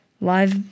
Live